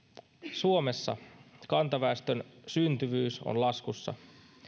suomessa kantaväestön syntyvyys on laskussa